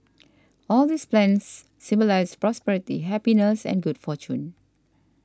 all these plants symbolise prosperity happiness and good fortune